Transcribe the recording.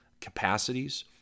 capacities